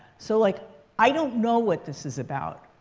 so like i don't know what this is about.